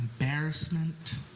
embarrassment